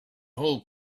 whole